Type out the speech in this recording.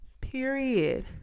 Period